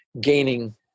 gaining